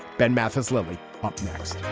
ben mathis, let me